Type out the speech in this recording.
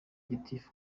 gitifu